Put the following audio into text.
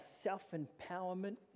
self-empowerment